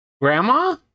Grandma